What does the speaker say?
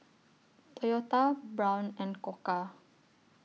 Toyota Braun and Koka